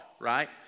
Right